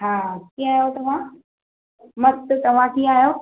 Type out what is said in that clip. हा कीअं आहियो तव्हां मस्तु तव्हां कीअं आहियो